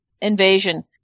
invasion